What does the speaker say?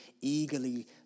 eagerly